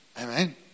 Amen